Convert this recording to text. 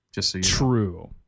True